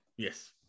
Yes